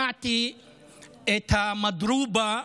שמעתי את המדרובה,